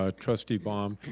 ah trustee baum,